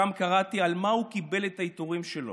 שם קראתי על מה הוא קיבל את העיטורים שלו,